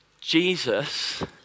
Jesus